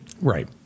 Right